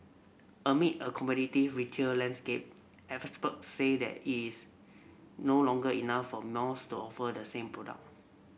amid a competitive retail landscape say that it's no longer enough for malls to offer the same product